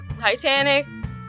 Titanic